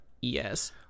yes